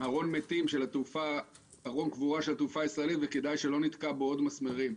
ארון קבורה של התעופה הישראלית וכדאי שלא נתקע בו עוד מסמרים.